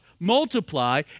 multiply